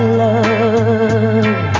love